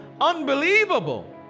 unbelievable